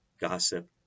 gossip